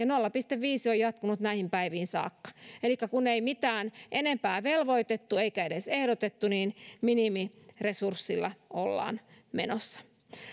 nolla pilkku viisi on jatkunut näihin päiviin saakka elikkä kun ei enempään velvoitettu eikä edes ehdotettu niin minimiresurssilla ollaan menossa